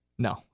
No